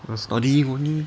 ah study only